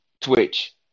twitch